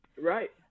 Right